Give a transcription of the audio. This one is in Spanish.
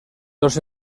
los